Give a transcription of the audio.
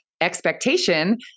expectation